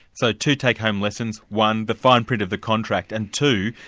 so two take-home lessons one, the fine print of the contract and two,